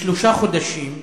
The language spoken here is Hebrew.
לשלושה חודשים,